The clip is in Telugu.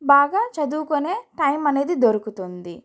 బాగా చదువుకొనే టైం అనేది దొరుకుతుంది